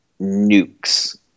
nukes